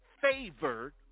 favored